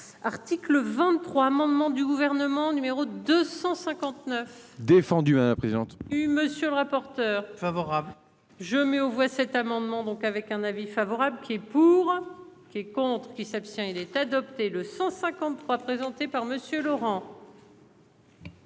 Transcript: Article 23 amendement du gouvernement numéro 259. Défendu à la présidente. Oui monsieur le rapporteur favorable je mets aux voix cet amendement donc avec un avis favorable qui pour qui compte qui s'abstient il est adopté le 153 présenté par monsieur Laurent.